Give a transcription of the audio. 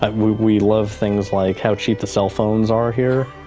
um we we love things like how cheap the cell phones are here.